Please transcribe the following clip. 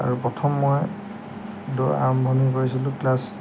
আৰু প্ৰথম মই দৌৰ আৰম্ভণি কৰিছিলোঁ ক্লাছ